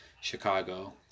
Chicago